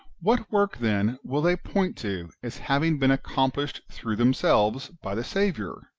what work, then, will they point to as having been accomplished through themselves by the saviour,